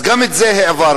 אז גם את זה העברנו.